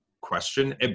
question